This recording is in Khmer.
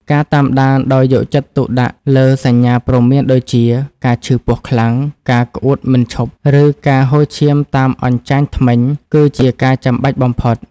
ការតាមដានដោយយកចិត្តទុកដាក់លើសញ្ញាព្រមានដូចជា ការឈឺពោះខ្លាំង ការក្អួតមិនឈប់ ឬការហូរឈាមតាមអញ្ចាញធ្មេញ គឺជាការចាំបាច់បំផុត។